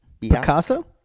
Picasso